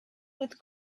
with